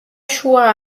შუა